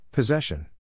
Possession